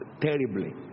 terribly